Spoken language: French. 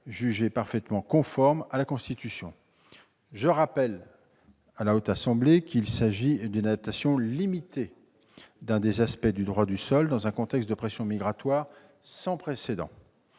jugée parfaitement conforme à la Constitution. Je rappelle à notre assemblée qu'il s'agit d'une adaptation limitée de l'un des aspects du droit du sol, dans un contexte de pression migratoire sans précédent.